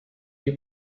get